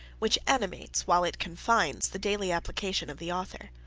which animates, while it confines, the daily application of the author.